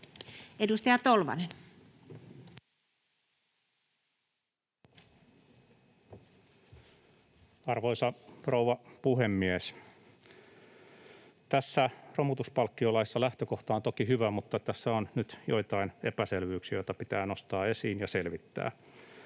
Edustaja Tolvanen. Arvoisa rouva puhemies! Tässä romutuspalkkiolaissa lähtökohta on toki hyvä, mutta tässä on nyt joitain epäselvyyksiä, joita pitää nostaa esiin ja selvittää.